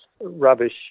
Rubbish